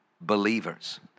believers